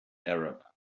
arab